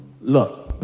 Look